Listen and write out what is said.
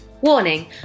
Warning